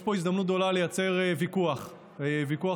יש פה הזדמנות גדולה לייצר ויכוח אמיתי